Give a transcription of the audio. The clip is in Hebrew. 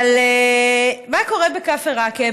מה קורה בכפר עקב?